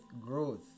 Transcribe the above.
growth